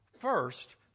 First